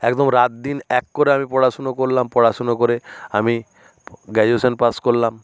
একদম রাতদিন এক করে আমি পড়াশুনো করলাম পড়াশুনো করে আমি গ্র্যাজুয়েশান পাস করলাম